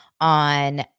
on